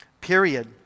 period